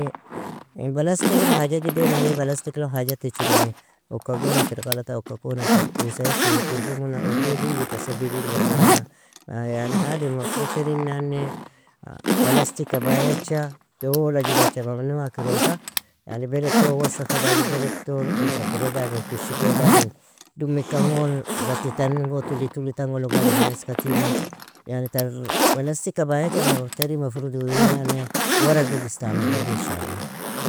In balastik il hajag idenani, balastik lo haja tichinani, okka gona kir galata, okka gona kir uosa in fini, irbimuna udea digita sebibing irbimuna. yani adem mafurdh terinani, balastik ka bayacha, doala jugacha, mamnoa kirosa, yani beled ton wasakhi dagi, beled ton uosakira dagi, kushi kira dagin, dummikan gon, gati tan go tuli tuli tan go log ademinan eska tigmu, yani tar balastik ka bayacha terin mafurdh uinane warag log istamilali ان شاء الله.